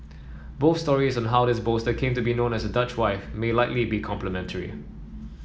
both stories on how this bolster came to be known as Dutch wife may likely be complementary